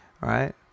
right